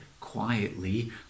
quietly